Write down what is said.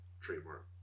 trademark